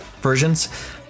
versions